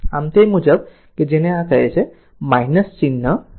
આમ તે મુજબ કે જેને આ કહે છે ચિહ્ન હશે